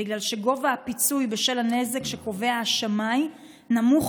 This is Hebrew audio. בגלל שגובה הפיצוי בשל הנזק שקובע השמאי נמוך